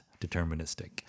deterministic